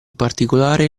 particolare